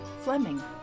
Fleming